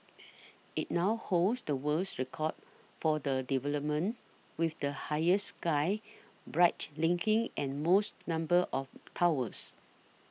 it now holds the world's record for the development with the highest sky bridge linking the most number of towers